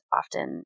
often